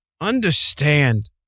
understand